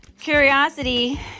curiosity